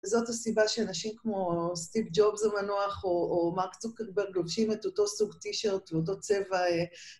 וזאת הסיבה שאנשים כמו סטיב ג'ובס המנוח או מרק צוקרברג לובשים את אותו סוג טי-שרט ואותו צבע.